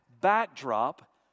backdrop